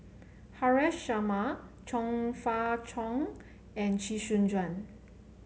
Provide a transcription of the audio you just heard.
Haresh Sharma Chong Fah Cheong and Chee Soon Juan